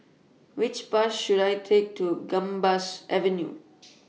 Which Bus should I Take to Gambas Avenue